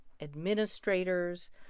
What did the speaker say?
administrators